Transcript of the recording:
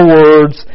words